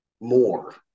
more